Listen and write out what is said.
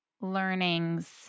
learnings